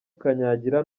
kanyangira